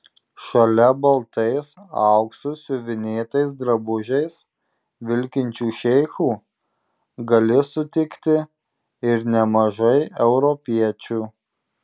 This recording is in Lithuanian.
šalia baltais auksu siuvinėtais drabužiais vilkinčių šeichų gali sutikti ir nemažai europiečių